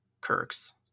Kirk's